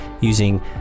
using